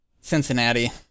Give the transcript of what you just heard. Cincinnati